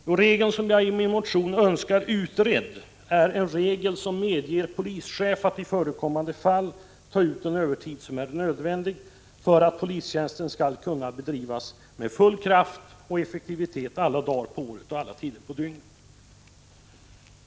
Den regel som jag i min motion önskar utredd är en regel som medger polischef att i förekommande fall ta ut den övertid som är nödvändig för att polistjänsten skall kunna bedrivas med full kraft och effektivitet alla dagar på året och alla tider på dygnet.